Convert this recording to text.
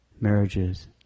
marriages